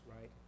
right